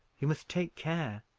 you must take care.